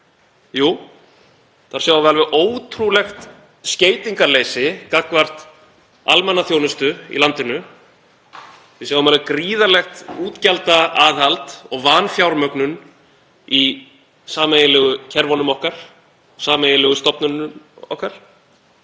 Jú, þar sjáum við alveg ótrúlegt skeytingarleysi gagnvart almannaþjónustu í landinu. Við sjáum alveg gríðarlegt útgjaldaaðhald og vanfjármögnun í sameiginlegu kerfunum okkar, sameiginlegu stofnunum okkar.